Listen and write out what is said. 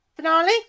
Finale